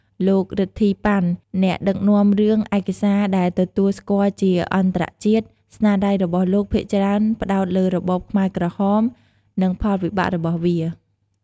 លោក រិទ្ធី ប៉ាន់ អ្នកដឹកនាំរឿងឯកសារដែលទទួលស្គាល់ជាអន្តរជាតិ ស្នាដៃរបស់លោកភាគច្រើនផ្តោតលើរបបខ្មែរក្រហម និងផលវិបាករបស់វា។